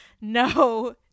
no